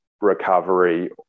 recovery